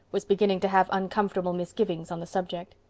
was beginning to have uncomfortable misgivings on the subject.